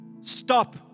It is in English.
Stop